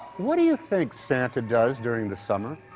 what do you think santa does during the summer?